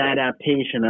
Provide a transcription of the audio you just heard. adaptation